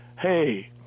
hey